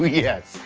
yes.